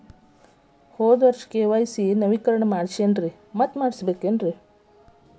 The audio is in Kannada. ಹೋದ ವರ್ಷ ಕೆ.ವೈ.ಸಿ ನವೇಕರಣ ಮಾಡೇನ್ರಿ ಮತ್ತ ಮಾಡ್ಬೇಕೇನ್ರಿ?